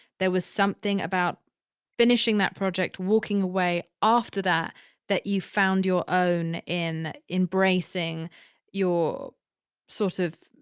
there was something about finishing that project, walking away after that that you found your own in embracing your sort of,